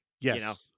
Yes